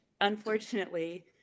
Unfortunately